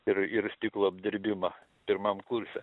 ir ir stiklo apdirbimą pirmam kurse